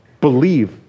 believe